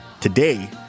today